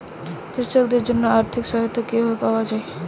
কৃষকদের জন্য আর্থিক সহায়তা কিভাবে পাওয়া য়ায়?